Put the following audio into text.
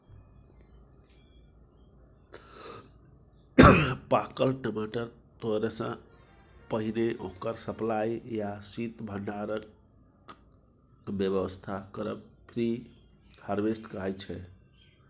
पाकल टमाटर तोरयसँ पहिने ओकर सप्लाई या शीत भंडारणक बेबस्था करब प्री हारवेस्ट कहाइ छै